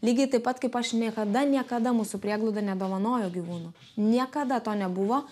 lygiai taip pat kaip aš niekada niekada mūsų prieglauda nedovanojo gyvūnų niekada to nebuvo